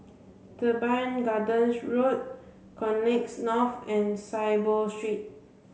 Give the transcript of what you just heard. Teban Gardens Road Connexis North and Saiboo Street